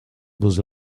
was